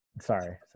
Sorry